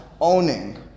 owning